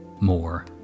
more